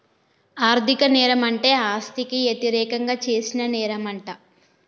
ఆర్ధిక నేరం అంటే ఆస్తికి యతిరేకంగా చేసిన నేరంమంట